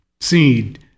seed